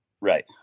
Right